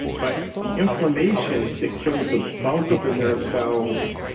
but the inflammation that kills the bulk of the nerve cells,